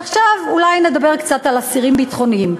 עכשיו אולי נדבר קצת על אסירים ביטחוניים.